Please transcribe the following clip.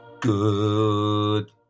Good